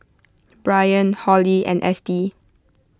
Brian Holly and Estie